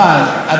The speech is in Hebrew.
אז אם כן,